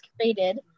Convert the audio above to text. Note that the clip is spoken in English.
created